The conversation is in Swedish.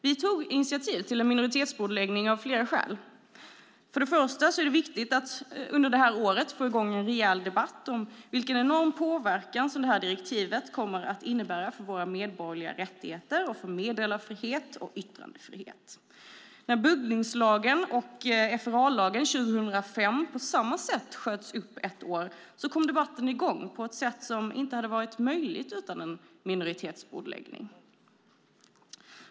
Vi tog initiativ till en minoritetsbordläggning av flera skäl: För det första är det viktigt att under året få i gång en rejäl debatt om vilken enorm påverkan det här direktivet kommer att innebära på våra medborgerliga rättigheter och på meddelarfrihet och yttrandefrihet. När buggningslagen och FRA-lagen 2005 på samma sätt sköts upp ett år kom debatten i gång på ett sätt som inte hade varit möjligt utan en minoritetsbordläggning.